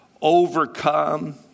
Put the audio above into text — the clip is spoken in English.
overcome